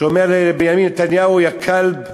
שאומר לבנימין נתניהו "יא כלב",